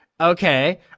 Okay